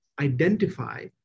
identify